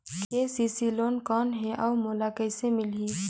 KCC loan कौन हे अउ मोला कइसे मिलही?